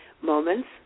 Moments